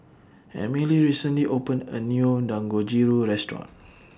Emily recently opened A New Dangojiru Restaurant